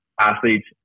athletes